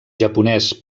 japonès